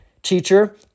Teacher